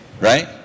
right